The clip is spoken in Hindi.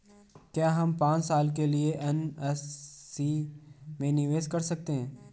क्या हम पांच साल के लिए एन.एस.सी में निवेश कर सकते हैं?